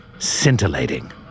Scintillating